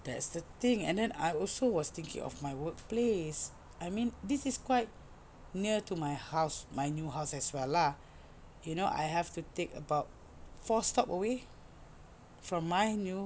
that's the thing and then I also was thinking of my workplace I mean this is quite near to my house my new house as well lah you know I have to take about four stops away from my new